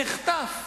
במחטף,